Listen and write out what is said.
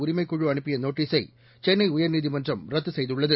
உரிமைக் குழு அனுப்பிய நோட்டீஸை சென்னை உயர்நீதிமன்றம் ரத்து செய்துள்ளது